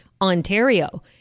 Ontario